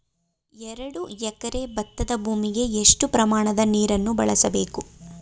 ಎರಡು ಎಕರೆ ಭತ್ತದ ಭೂಮಿಗೆ ಎಷ್ಟು ಪ್ರಮಾಣದ ನೀರನ್ನು ಬಳಸಬೇಕು?